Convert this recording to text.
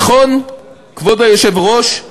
נכון, כבוד היושב-ראש,